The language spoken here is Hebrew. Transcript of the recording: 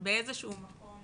באיזה שהוא מקום